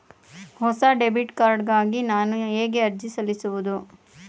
ಹೊಸ debit card ಗಾಗಿ ನಾನು ಹೇಗೆ ಅರ್ಜಿ ಸಲ್ಲಿಸುವುದು?